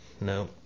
No